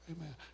Amen